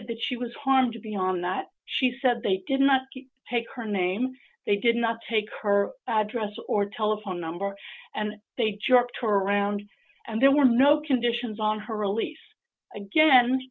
stated that she was harmed beyond that she said they did not take her name they did not take her address or telephone number and they jerked around and there were no conditions on her release again